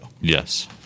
Yes